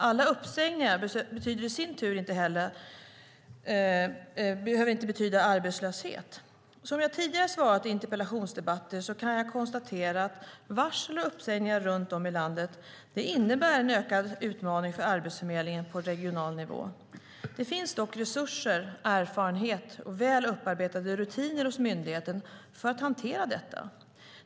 Alla uppsägningar behöver i sin tur inte heller leda till arbetslöshet. Som jag tidigare svarat i interpellationsdebatter kan jag konstatera att varsel och uppsägningar runt om i landet innebär en ökad utmaning för Arbetsförmedlingen på regional nivå. Det finns dock resurser, erfarenhet och väl upparbetade rutiner hos myndigheten för att hantera detta.